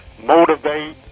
motivate